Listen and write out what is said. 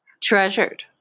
treasured